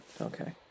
Okay